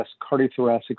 Cardiothoracic